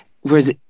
Whereas